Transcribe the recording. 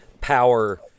power